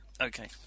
Okay